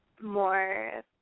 more